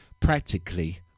practically